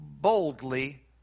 boldly